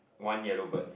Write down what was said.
one yellow bird